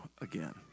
again